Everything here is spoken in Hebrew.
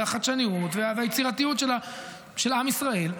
החדשנות והיצירתיות של עם ישראל,